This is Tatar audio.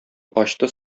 ачты